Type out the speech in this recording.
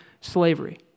slavery